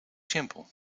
simpel